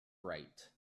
right